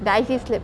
the I_C slip